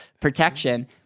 protection